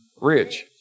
rich